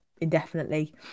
indefinitely